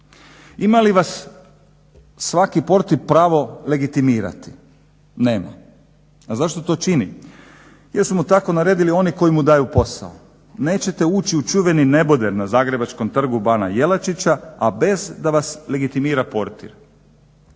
Imali li vas svaki portir pravo legitimirati? Nema, a zašto to čini? Jer su mu tako naredili ono koji mu daju posao neće te uči u čuveni neboder na Zagrebačkom trgu Bana Jelačića a bez da vas legitimira portir.